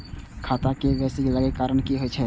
खाता मे के.वाई.सी लागै के कारण की होय छै?